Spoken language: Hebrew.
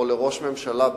או לראש הממשלה בוודאי,